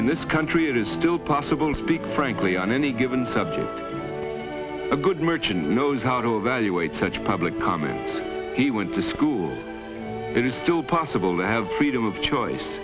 in this country it is still possible speak frankly on any given subject a good merchant knows how to evaluate such public comments he went to school it is still possible to have freedom of choice